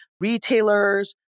retailers